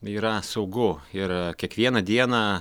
yra saugu ir kiekvieną dieną